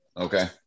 Okay